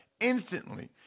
instantly